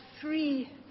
three